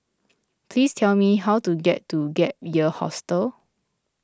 please tell me how to get to Gap Year Hostel